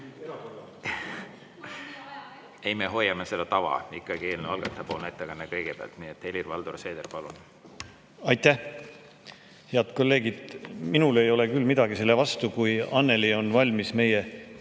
Ei, me hoiame seda tava. Ikkagi eelnõu algataja poolne ettekanne kõigepealt. Nii et Helir-Valdor Seeder, palun! Aitäh! Head kolleegid! Minul ei ole küll midagi selle vastu, kui Annely on valmis meie